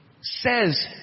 says